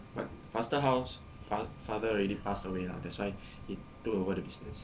but pastor hao's fa~ father already passed away lah that's why he took over the business